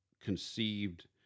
conceived